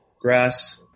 grass